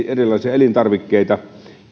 elintarvikkeita